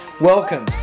Welcome